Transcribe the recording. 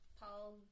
Paul